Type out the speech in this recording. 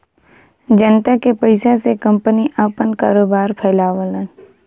जनता के पइसा से कंपनी आपन कारोबार फैलावलन